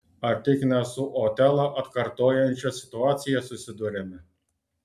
ar tik ne su otelą atkartojančia situacija susiduriame